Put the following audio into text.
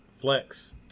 flex